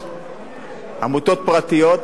איוב קרא (הליכוד): עוספיא,